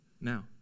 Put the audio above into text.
now